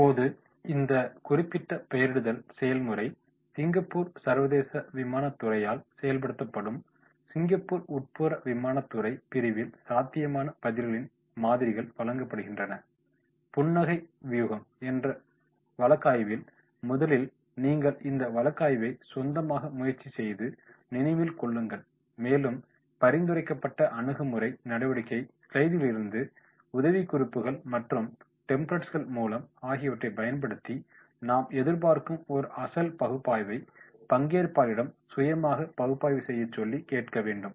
இப்போது இந்த குறிப்பிட்ட பெயரிடுதல் செயல்முறை சிங்கப்பூர் சர்வதேச விமான துறையால் செயல்படுத்தப்படும் சிங்கப்பூர் உட்புற விமானத்துறை பிரிவில் சாத்தியமான பதில்களின் மாதிரிகள் வழங்கப்படுகின்றன புன்னகை வியூகம் என்ற வழக்காய்வில் முதலில் நீங்கள் இந்த வழக்காய்வை சொந்தமாக முயற்சி செய்து நினைவில் கொள்ளுங்கள் மேலும் பரிந்துரைக்கப்பட்ட அணுகுமுறை நடவடிக்கை ஸ்லைடுகளிலிருந்து உதவிக்குறிப்புகள் மற்றும் டெம்ப்ளட்ஸ் ஆகியவற்றைப் பயன்படுத்தி நாம் எதிர்பார்க்கும் ஒரு அசல் பகுப்பாய்வை பங்கேற்பாளர்களிடம் சுயமாக பகுப்பாய்வை செய்யச்சொல்லி கேட்க வேண்டும்